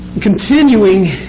continuing